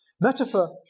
Metaphor